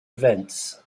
events